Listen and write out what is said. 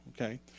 okay